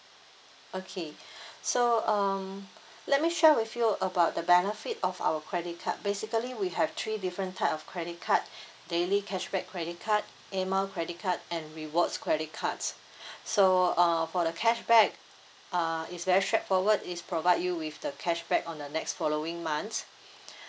okay so um let me share with you about the benefit of our credit card basically we have three different type of credit card daily cashback credit card air mile credit card and rewards credit cards so uh for the cashback uh is very straight forward it's provide you with the cashback on the next following months